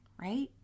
right